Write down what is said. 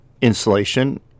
insulation